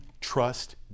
trust